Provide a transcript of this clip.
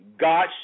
God